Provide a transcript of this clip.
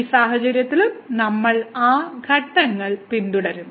ഈ സാഹചര്യത്തിലും നമ്മൾ ആ ഘട്ടങ്ങൾ പിന്തുടരും